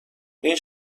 این